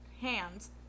hands